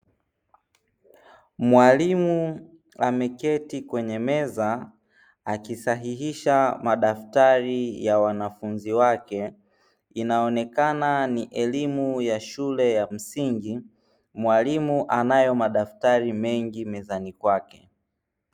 Mwalimu ameketi kwenye meza akisahihisha madaftari ya wanafunzi wake, inaonekana ni elimu ya shule ya msingi, mwalimu anayo madaftari mengi mezani kwake.